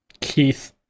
keith